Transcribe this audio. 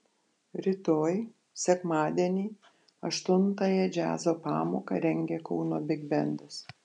rytoj sekmadienį aštuntąją džiazo pamoką rengia kauno bigbendas